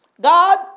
God